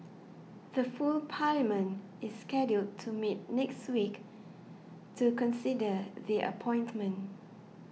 the full parliament is scheduled to meet next week to consider the appointment